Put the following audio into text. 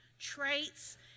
traits